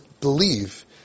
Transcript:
believe